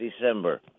December